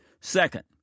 Second